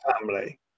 family